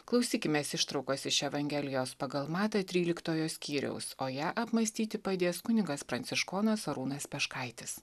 klausykimės ištraukos iš evangelijos pagal matą tryliktojo skyriaus o ją apmąstyti padės kunigas pranciškonas arūnas peškaitis